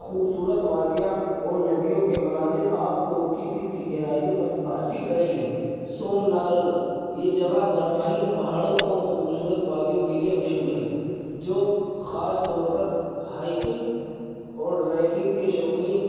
خوبصورت وادیاں اور ندیوں کے مناظر آپ کو کی دل کی گہرائیوں تک متأثر کریں گے سومنارگ یہ جگہ برفانی پہاڑوں اور خوبصورت وادیوں کے لیے مشہور ہے جو خاص طور پر ہائکنگ اور ٹریکنگ شوقین